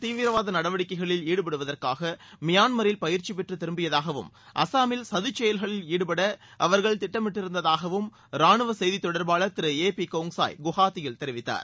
தீவிரவாத நடவடிக்கைகளில் ஈடுபடுவதற்காக மியான்மரில் பயிற்சிப் இவர்கள் பெற்று திரும்பியதாகவும் அஸ்ஸாமில் சதிச் செயல்களில் ஈடுபட அவர்கள் திட்டமிட்டிருந்ததாகவும் ரானுவ செய்தித்தொடர்பாளர் திரு ஏ பி கோங்சாய் குவஹாத்தியில் தெரிவித்தார்